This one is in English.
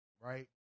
right